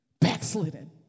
Backslidden